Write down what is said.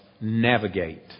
navigate